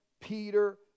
Peter